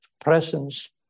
presence